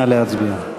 נא להצביע.